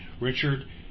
Richard